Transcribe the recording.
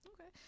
Okay